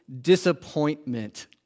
disappointment